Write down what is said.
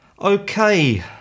Okay